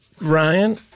Ryan